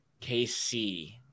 KC